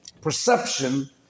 Perception